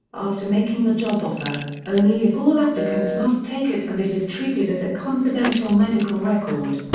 after making the job offer, only if all applicants must take it and it is treated as a confidential medical record.